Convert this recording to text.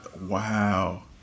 Wow